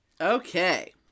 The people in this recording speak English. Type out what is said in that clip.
Okay